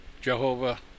Jehovah